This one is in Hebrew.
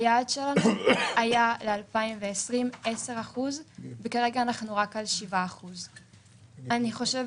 היעד שלנו היה להגיע ל-10% ב-2020 וכרגע אנחנו עומדים רק על 7%. חשוב